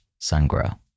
sungrow